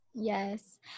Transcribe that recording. Yes